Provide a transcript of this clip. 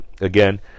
Again